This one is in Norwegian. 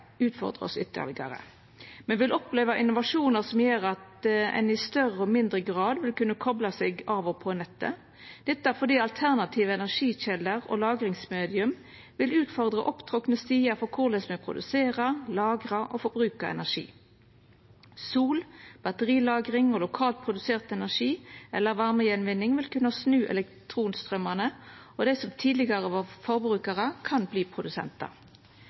oss ytterlegare. Me vil oppleva innovasjonar som gjer at ein i større og mindre grad vil kunne kopla seg av og på nettet. Det er fordi alternative energikjelder og lagringsmedium vil utfordra opptrakka stiar for korleis me produserer, lagrar og forbruker energi. Sol, batterilagring og lokalt produsert energi eller varmegjenvinning vil kunna snu elektronstraumane. Dei som tidlegare var forbrukarar, kan verta produsentar.